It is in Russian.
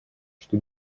что